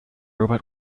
robot